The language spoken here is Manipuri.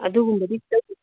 ꯑꯗꯨꯒꯨꯝꯕꯒꯤ